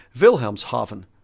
Wilhelmshaven